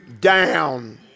down